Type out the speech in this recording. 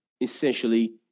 essentially